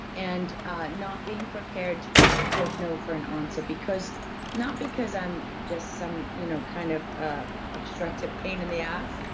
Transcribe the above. and not being prepared to take no for an answer. not because i'm just some you know kind of ah obstructive pain in the ass,